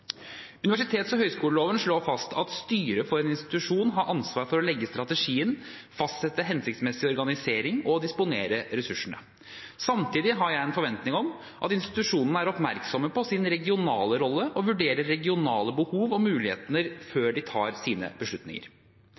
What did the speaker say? Universitets- og høyskoleloven slår fast at styret for en institusjon har ansvar for å legge strategien, fastsette hensiktsmessig organisering og disponere ressursene. Samtidig har jeg en forventning om at institusjonene er oppmerksomme på sin regionale rolle og vurderer regionale behov og muligheter før de tar sine beslutninger.